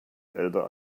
älter